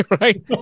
Right